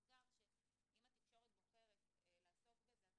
נער או בוגר שעבר ניסיון התאבדות וניצל